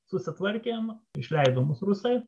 susitvarkėm išleido mus rusai